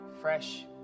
fresh